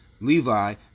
Levi